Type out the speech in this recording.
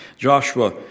Joshua